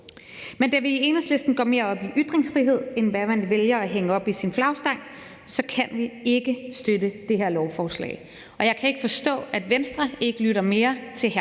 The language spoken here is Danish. Men da vi i Enhedslisten går mere op i ytringsfrihed end i, hvad man vælger at hænge op i sin flagstang, kan vi ikke støtte det her lovforslag. Og jeg kan ikke forstå, at Venstre ikke lytter mere til hr.